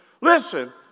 Listen